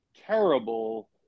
terrible